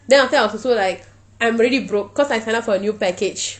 then after that I was also like I'm already broke cause I signed up for new package